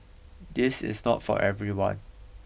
this is not for everyone